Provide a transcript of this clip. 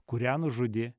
kurią nužudė